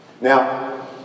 Now